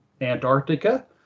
Antarctica